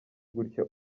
gutya